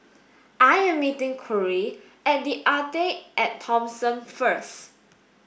I am meeting Kory at The Arte at Thomson first